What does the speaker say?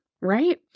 right